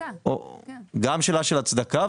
גם שאלה של הצדקה,